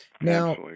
Now